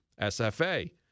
SFA